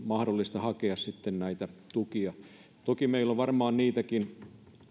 mahdollista hakea sitten näitä tukia toki meillä on varmaan niitäkin